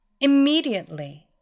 Immediately